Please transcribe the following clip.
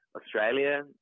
Australia